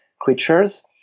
creatures